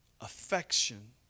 affection